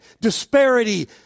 disparity